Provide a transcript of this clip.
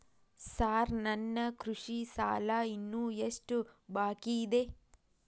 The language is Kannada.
ಸಾರ್ ನನ್ನ ಕೃಷಿ ಸಾಲ ಇನ್ನು ಎಷ್ಟು ಬಾಕಿಯಿದೆ?